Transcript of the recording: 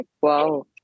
Wow